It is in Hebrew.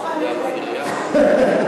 אני מקווה שעד יום ראשון הם יחליטו לא לשחרר.